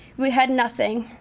we had nothing.